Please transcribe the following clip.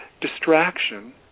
distraction